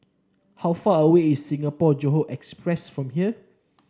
how far away is Singapore Johore Express from here